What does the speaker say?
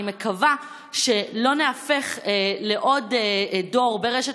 אני מקווה שלא ניהפך לעוד דור ברשת